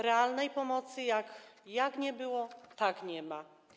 Realnej pomocy, jak nie było, tak nie ma.